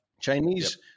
Chinese